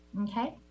okay